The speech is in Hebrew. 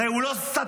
הרי הוא לא סתום,